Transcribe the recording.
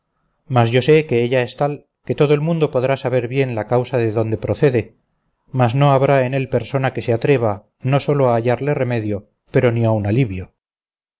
mas yo sé que ella es tal que todo el mundo podrá saber bien la causa de donde procede mas no habrá en él persona que se atreva no sólo a hallarle remedio pero ni aun alivio